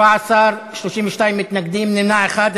17, 32 מתנגדים, נמנע אחד.